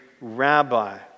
rabbi